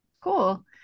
cool